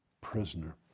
prisoner